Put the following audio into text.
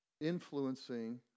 influencing